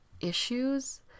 issues